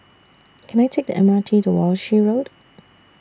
Can I Take The M R T to Walshe Road